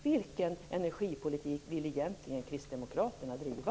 Vilken energipolitik vill egentligen Kristdemokraterna driva?